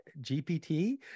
GPT